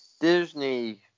Disney